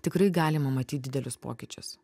tikrai galima matyt didelius pokyčius